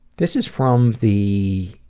this is from the